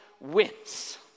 wins